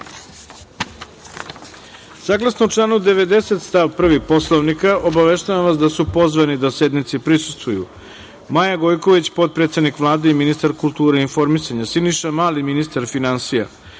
sednice. Saglasno članu 90. stav 1. Poslovnika obaveštavam vas da su pozvani da sednici prisustvuju Maja Gojković, potpredsednik Vlade i ministar kulture i informisanja, Siniša Mali, ministar finansija,